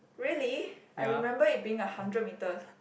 really I remember it being a hundred meters